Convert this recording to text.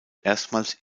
erstmals